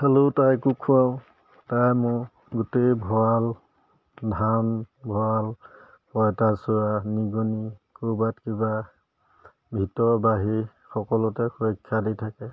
খালেও তাইকো খুৱাওঁ তাই মোৰ গোটেই ভঁৰাল ধান ভঁৰাল পঁইতাচোৰা নিগনি ক'ৰবাত কিবা ভিতৰ বাহিৰ সকলোতে সুৰক্ষা দি থাকে